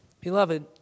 Beloved